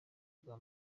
bwa